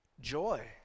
joy